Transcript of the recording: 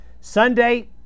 sunday